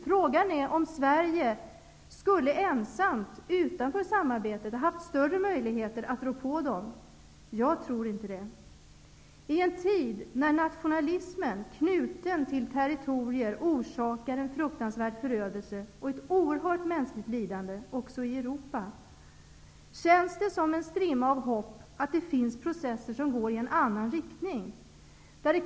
Frågan är om Sverige ensamt, utanför samarbetet, skulle ha haft större möjligheter att rå på dem. Jag tror inte det. I en tid då nationalismen, knuten till territorier, orsakar en fruktansvärd förödelse och ett oerhört mänskligt lidande också i Europa, känns det som en strimma av hopp att det finns processer som går i en annan riktning.